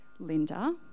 Linda